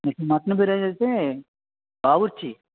మీకు మటన్ బిర్యానీ అయితే బావర్చి